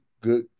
good